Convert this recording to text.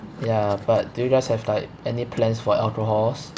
ya but do you guys have like any plans for alcohols